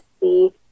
see